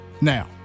Now